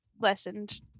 lessened